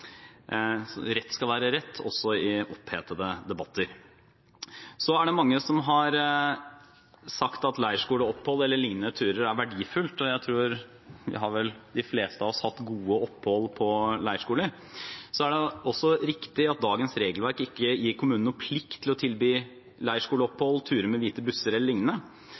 Rett skal være rett, også i opphetede debatter. Det er mange som har sagt at leirskoleopphold eller lignende turer er verdifullt, og jeg tror vel de fleste av oss har hatt gode opphold på leirskoler. Det er også riktig at dagens regelverk ikke gir kommunen noen plikt til å tilby leirskoleopphold, turer med Hvite busser